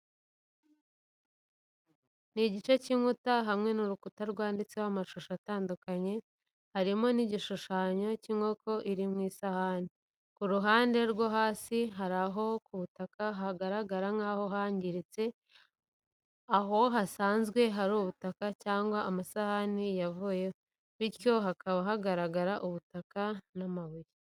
Igice cy'inkuta hamwe n'urukuta rwanditseho amashusho atandukanye harimo n'igishushanyo cya inkoko iri mu isahani. Ku ruhande rwa hasi, hari aho ku butaka hagaragara nkaho hangiritse aho hasanzwe hari ubutaka cyangwa amasahani yavuyeho bityo hakaba hagaragara ubutaka n'amabuye.